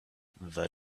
the